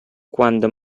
quando